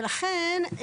ולכן,